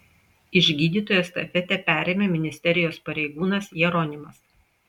iš gydytojų estafetę perėmė ministerijos pareigūnas jeronimas